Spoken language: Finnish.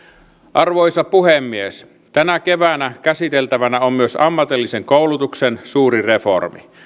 arvoisa puhemies tänä keväänä käsiteltävänä on myös ammatillisen koulutuksen suuri reformi